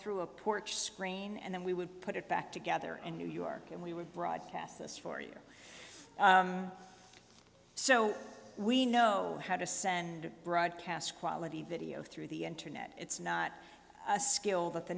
through a porch screen and then we would put it back together in new york and we would broadcast this for you so we know how to send broadcast quality video through the internet it's not a skill that the